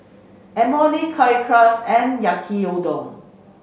Imoni Currywurst and Yaki Udon